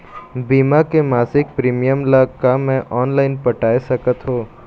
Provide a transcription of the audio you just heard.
बीमा के मासिक प्रीमियम ला का मैं ऑनलाइन पटाए सकत हो?